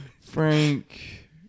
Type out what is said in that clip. Frank